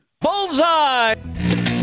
Bullseye